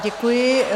Děkuji.